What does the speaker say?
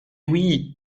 oui